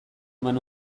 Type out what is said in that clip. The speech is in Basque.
eman